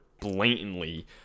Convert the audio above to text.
blatantly